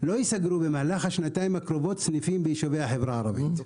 "לא ייסגרו במהלך השנתיים הקרובות סניפים ביישובי החברה הערבית".